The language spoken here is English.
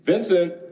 Vincent